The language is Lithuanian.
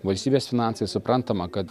valstybės finansais suprantama kad